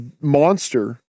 monster